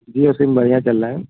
जीयो SIM बढ़िया चल रहा है